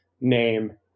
name